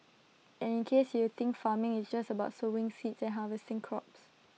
and in case you think farming is just about sowing seeds and harvesting crops